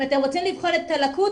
אם אתם רוצים לבחון את הלקות,